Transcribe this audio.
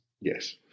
Yes